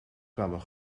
kwamen